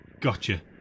Gotcha